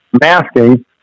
masking